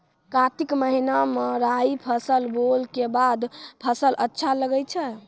कार्तिक महीना मे राई फसल बोलऽ के बाद फसल अच्छा लगे छै